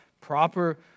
proper